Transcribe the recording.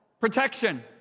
Protection